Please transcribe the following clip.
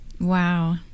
wow